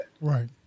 right